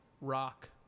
rock